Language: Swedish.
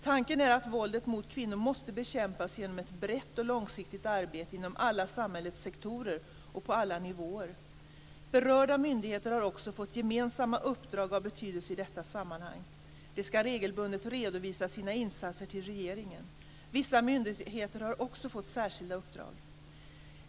Tanken är att våldet mot kvinnor måste bekämpas genom ett brett och långsiktigt arbete inom alla samhällets sektorer och på alla nivåer. Berörda myndigheter har också fått gemensamma uppdrag av betydelse i detta sammanhang. De ska regelbundet redovisa sina insatser till regeringen. Vissa myndigheter har också fått särskilda uppdrag.